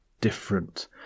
different